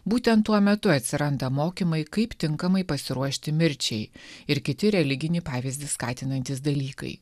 būtent tuo metu atsiranda mokymai kaip tinkamai pasiruošti mirčiai ir kiti religinį pavyzdį skatinantys dalykai